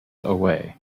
away